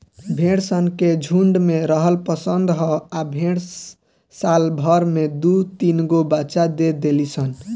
भेड़ सन के झुण्ड में रहल पसंद ह आ भेड़ साल भर में दु तीनगो बच्चा दे देली सन